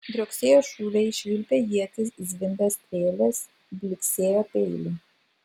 drioksėjo šūviai švilpė ietys zvimbė strėlės blyksėjo peiliai